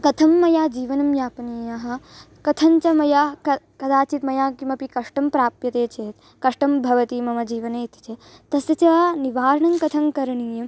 कथं मया जीवनं यापनीयम् कथञ्च मया क कदाचित् मया किमपि कष्टं प्राप्यते चेत् कष्टं भवति मम जीवने इति चेत् तस्य च निवार्णङ्कथङ्करणीयं